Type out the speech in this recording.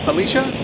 Alicia